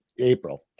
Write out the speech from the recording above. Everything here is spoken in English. April